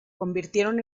convirtieron